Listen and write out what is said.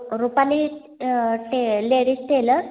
रुपाली टे ladies teller